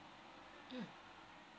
mm